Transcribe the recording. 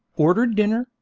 ordered dinner,